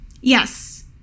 Yes